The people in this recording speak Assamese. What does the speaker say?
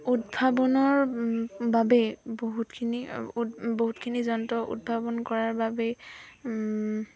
উদ্ভাৱনৰ বাবে বহুতখিনি বহুতখিনি যন্ত্ৰ উদ্ভাৱন কৰাৰ বাবেই